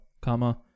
comma